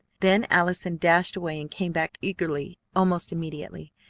then allison dashed away, and came back eagerly almost immediately.